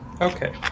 Okay